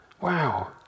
Wow